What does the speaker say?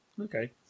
okay